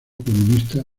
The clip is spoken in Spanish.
comunista